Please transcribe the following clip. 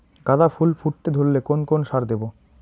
গাদা ফুল ফুটতে ধরলে কোন কোন সার দেব?